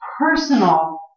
personal